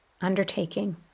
undertaking